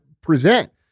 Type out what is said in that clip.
present